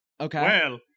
Okay